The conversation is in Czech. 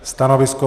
Stanovisko?